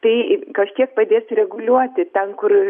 tai kažkiek padės reguliuoti ten kur